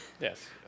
yes